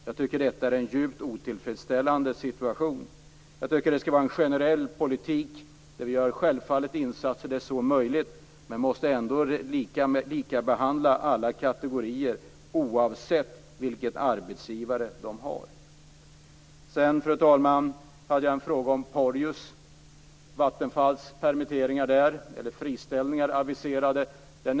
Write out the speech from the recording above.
Jag tycker att detta är en djupt otillfredsställande situation och menar att det skall vara en generell politik. Självfallet gör vi insatser där så är möjligt men alla kategorier måste likabehandlas, oavsett vilken arbetsgivare de har. Sedan, fru talman, hade jag en fråga om Porjus och Vattenfalls aviserade friställningar där.